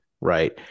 right